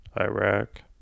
Iraq